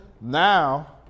Now